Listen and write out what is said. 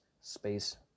space